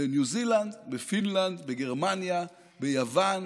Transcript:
בניו זילנד, בפינלנד, בגרמניה, ביוון